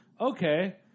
Okay